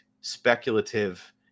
speculative